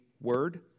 Word